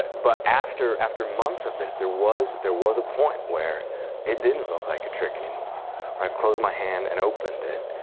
but after after months of this, there was there was a point where it didn't look like a trick anymore, where i closed my hand and opened it,